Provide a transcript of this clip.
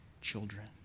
children